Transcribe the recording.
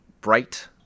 bright